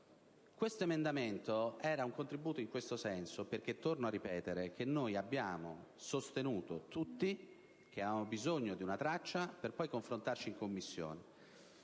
Questo emendamento era un contributo in tal senso perché, torno a ripeterlo, noi abbiamo sostenuto tutti che avevamo bisogno di una traccia per poi confrontarci in Commissione.